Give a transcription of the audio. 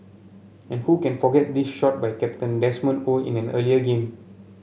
and who can forget this shot by captain Desmond Oh in an earlier game